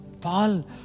Paul